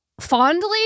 fondly